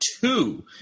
two